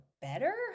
better